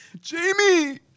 Jamie